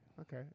Okay